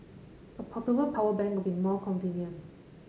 a portable power bank will be more convenient